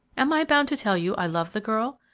am i bound to tell you i love the girl?